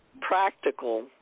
practical